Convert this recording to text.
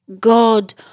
God